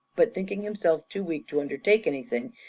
but thinking himself too weak to undertake anything,